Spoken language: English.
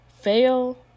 fail